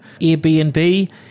Airbnb